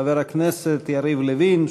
חבר הכנסת יריב לוין,